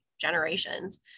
generations